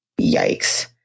yikes